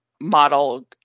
model